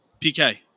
PK